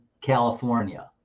california